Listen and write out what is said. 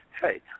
Hey